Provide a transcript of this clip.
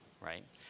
right